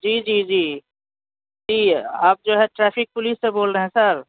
جی جی جی جی آپ جو ہے ٹریفک پولیس سے بول رہے ہیں سر